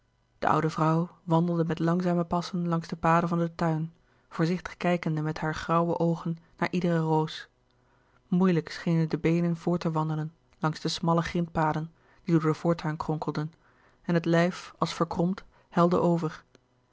de oude vrouw wandelde met langzame passen langs de paden van den tuin voorzichtig kijkende met hare grauwe oogen naar iedere roos moeilijk schenen de beenen voort te wandelen langs de smalle grintpaden die door den louis couperus de boeken der kleine zielen voortuin kronkelden en het lijf als verkromd helde over